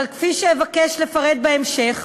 אבל כפי שאבקש לפרט בהמשך,